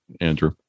Andrew